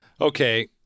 Okay